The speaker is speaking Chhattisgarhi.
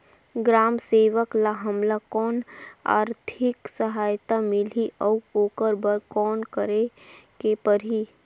ग्राम सेवक ल हमला कौन आरथिक सहायता मिलही अउ ओकर बर कौन करे के परही?